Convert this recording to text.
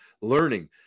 learning